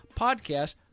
podcast